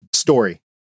story